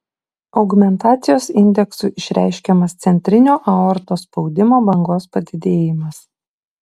augmentacijos indeksu išreiškiamas centrinio aortos spaudimo bangos padidėjimas